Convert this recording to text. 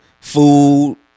food